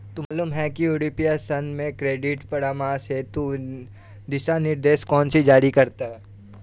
तुम्हें मालूम है कि यूरोपीय संघ में क्रेडिट परामर्श हेतु दिशानिर्देश कौन जारी करता है?